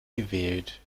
gewillt